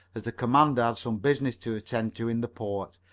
as the commander had some business to attend to in the port,